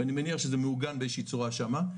ואני מניח שזה מעוגן באיזו שהיא צורה שם,